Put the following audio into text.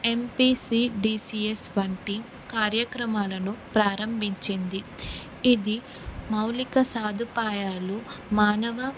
MPCDCS వంటి కార్యక్రమాలను ప్రారంభించింది ఇది మౌలిక సాదుపాయాలు మానవ